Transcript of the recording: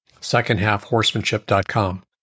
secondhalfhorsemanship.com